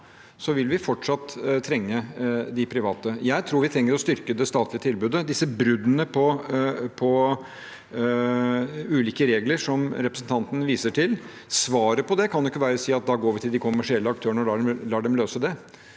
vil vi fortsatt trenge de private. Jeg tror vi trenger å styrke det statlige tilbudet. Når det gjelder disse bruddene på ulike regler, som representanten viser til: Svaret på det kan ikke bare være å si at da går vi til de kommersielle aktørene og lar dem løse det.